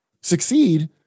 succeed